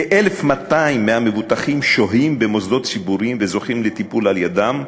כ-1,200 מהמבוטחים שוהים במוסדות ציבוריים וזוכים לטיפול על-ידם,